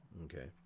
Okay